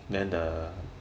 then the